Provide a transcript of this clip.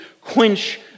quench